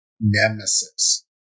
nemesis